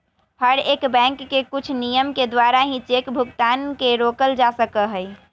हर एक बैंक के कुछ नियम के द्वारा ही चेक भुगतान के रोकल जा सका हई